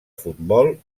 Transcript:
futbol